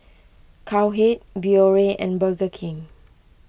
Cowhead Biore and Burger King